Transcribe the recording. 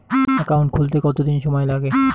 Account খুলতে কতদিন সময় লাগে?